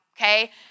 okay